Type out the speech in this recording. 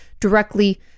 directly